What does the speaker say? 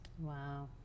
Wow